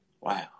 Wow